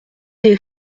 des